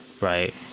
Right